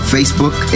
Facebook